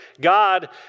God